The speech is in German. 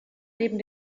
neben